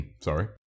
sorry